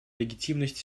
легитимность